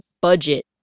budget